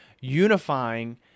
unifying